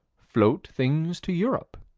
float things to europe.